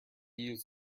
use